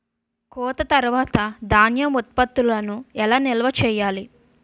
కోత తర్వాత ధాన్యం ఉత్పత్తులను ఎలా నిల్వ చేయాలి?